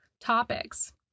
topics